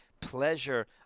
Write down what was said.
pleasure